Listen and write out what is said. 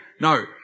No